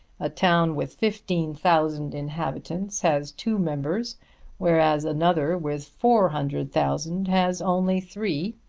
a town with fifteen thousand inhabitants has two members whereas another with four hundred thousand has only three,